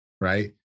right